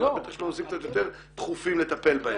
בטח יש לו נושאים קצת יותר דחופים לטפל בהם.